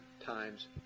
times